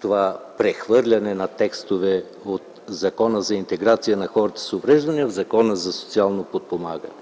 това прехвърляне на текстове от Закона за интеграция на хората с увреждания в Закона за социално подпомагане.